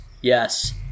Yes